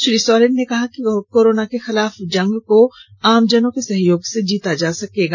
श्री सोरेन ने कहा कि कोरोना के खिलाफ जंग को आमजनों के सहयोग से जीता जा सकता है